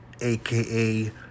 aka